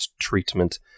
treatment